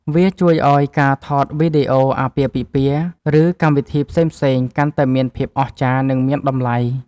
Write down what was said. វាជួយឱ្យការថតវីដេអូអាពាហ៍ពិពាហ៍ ឬកម្មវិធីផ្សេងៗកាន់តែមានភាពអស្ចារ្យ និងមានតម្លៃ។